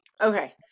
Okay